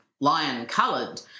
lion-coloured